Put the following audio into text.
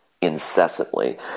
incessantly